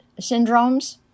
syndromes